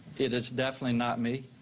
it is definitely not me.